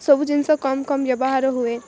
ସବୁ ଜିନିଷ କମ୍ କମ୍ ବ୍ୟବହାର ହୁଏ